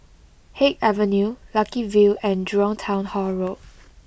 Haig Avenue Lucky View and Jurong Town Hall Road